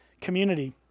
community